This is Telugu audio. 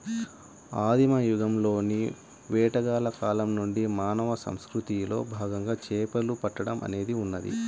ఆదిమ యుగంలోని వేటగాళ్ల కాలం నుండి మానవ సంస్కృతిలో భాగంగా చేపలు పట్టడం అనేది ఉన్నది